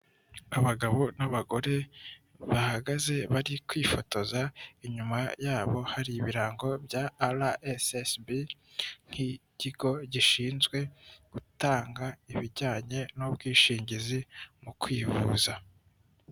Abagabo n'abagore bahagaze bari kwifotoza, inyuma yabo hari ibirango bya ara esi esi bi nk'ikigo gishinzwe gutanga ibijyanye n'ubwishingizi mu kwivuza.